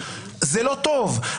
זה לא טוב.